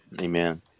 Amen